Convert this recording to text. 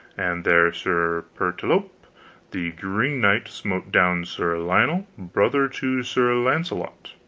and there sir pertolope the green knight smote down sir lionel, brother to sir launcelot.